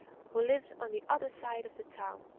who lives on the other side of the town.